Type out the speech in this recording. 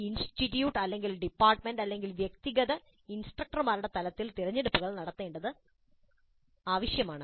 institute department വ്യക്തിഗത ഇൻസ്ട്രക്ടർമാരുടെ തലത്തിൽ തിരഞ്ഞെടുപ്പുകൾ നടത്തേണ്ടതുണ്ട്